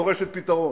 שדורשת פתרון.